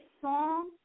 song